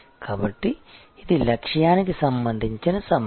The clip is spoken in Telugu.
కాబట్టి ఇది లక్ష్యానికి సంబంధించిన సమస్య